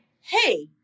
hey